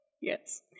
yes